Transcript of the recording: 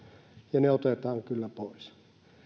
ja ne otetaan kyllä pois